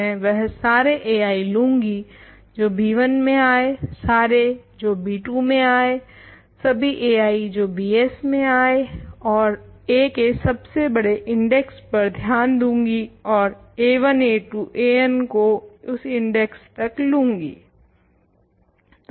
मैं वह सारे ai लूँगी जो b1 में आए सारे जो b2 में आए सभी ai जो bs में आए और a के सबसे बड़े इंडेक्स पर ध्यान दूँगी और a1 a2 an को उस इंडेक्स तक लूँगी